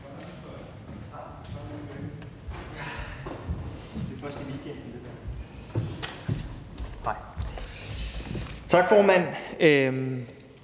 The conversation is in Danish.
Tak, formand.